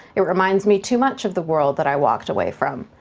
it reminds me too much of the world that i walked away from.